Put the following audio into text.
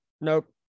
nope